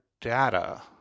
data